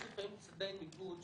יש לפעמים צדדי ניגוד,